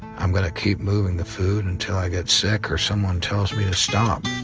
i'm going to keep moving the food until i get sick or someone tells me to stop.